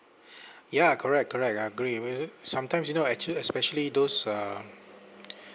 ya correct correct I agree with you sometimes you know actually especially those uh